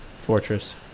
fortress